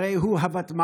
הרי הוא הוותמ"ל.